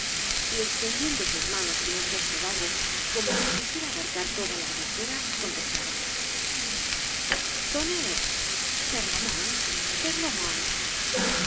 y extendiendo sus manos con un gesto vago como si quisiera abarcar toda la albufera contestaba tonet per lo mon